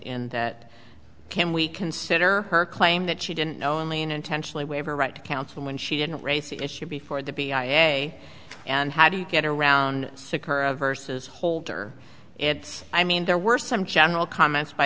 in that can we consider her claim that she didn't knowingly and intentionally waive her right to counsel when she didn't raise the issue before the b ira and how do you get around sicker a versus holder it's i mean there were some general comments by